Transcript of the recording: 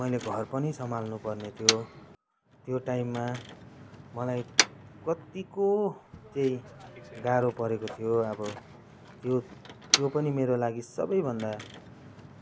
मैले घर पनि सम्हाल्नुपर्ने थियो त्यो टाइममा मलाई कत्तिको चाहिँ गाह्रो परेको थियो अब त्यो त्यो पनि मेरो लागि सबैभन्दा